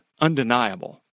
undeniable